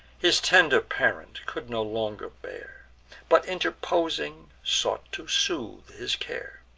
his tender parent could no longer bear but, interposing, sought to soothe his care.